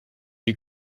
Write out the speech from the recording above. you